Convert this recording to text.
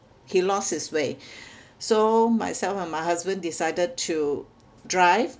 he lost his way so myself and my husband decided to drive